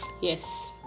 Yes